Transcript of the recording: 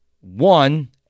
one